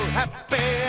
happy